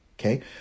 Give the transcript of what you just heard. Okay